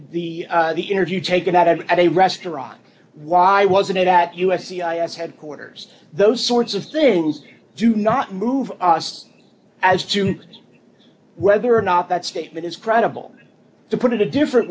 the the the interview taken at at at a restaurant why wasn't it at u s c headquarters those sorts of things do not move us as to whether or not that statement is credible to put it a different